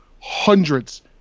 hundreds